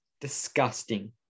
disgusting